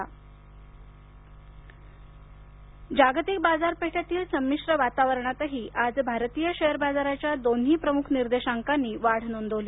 share बाजार जागतिक बाजारपेठेतील संमिश्र वातावरणातही आज भारतीय शेअर बाजारांच्या दोन्ही प्रमुख निर्देशांकांनी वाढ नोंदवली